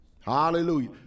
Hallelujah